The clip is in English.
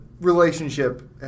relationship